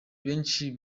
benshi